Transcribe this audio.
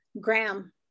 graham